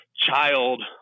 child